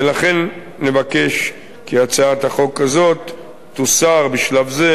ולכן נבקש כי הצעת החוק הזאת תוסר בשלב זה